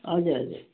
हजुर हजुर